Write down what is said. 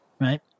right